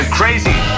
crazy